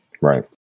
Right